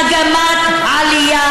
מגמת עלייה,